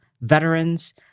veterans